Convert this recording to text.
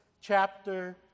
Chapter